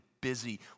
busy